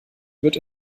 wird